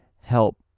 help